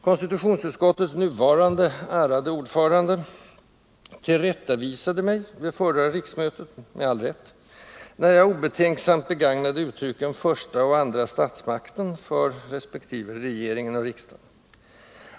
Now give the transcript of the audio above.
Konstitutionsutskottets nuvarande ärade ordförande tillrättavisade mig vid förra riksmötet — med all rätt — när jag obetänksamt begagnade uttrycken ”första” och ”andra” statsmakten för, i nu nämnd ordning regeringen och riksdagen.